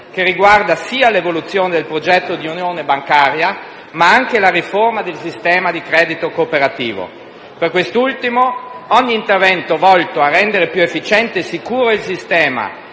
che riguarda l'evoluzione del progetto di unione bancaria, ma anche la riforma del sistema di credito cooperativo. Per quest'ultimo, ogni intervento volto a rendere più efficiente e sicuro il sistema